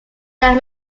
that